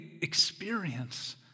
experience